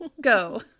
go